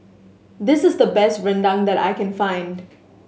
this is the best rendang that I can find